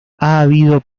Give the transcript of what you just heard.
habido